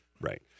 Right